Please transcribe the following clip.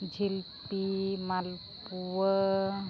ᱡᱷᱤᱞᱯᱤ ᱢᱟᱞᱯᱩᱣᱟᱹ